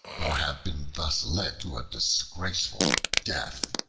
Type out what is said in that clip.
nor have been thus led to a disgraceful death.